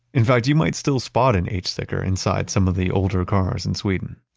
in fact you might still spot an h sticker inside some of the older cars in sweden.